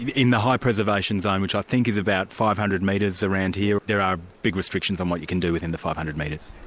in the high preservation zone, which i think is about five hundred metres around here, there are big restrictions on what you can do within the five hundred metres?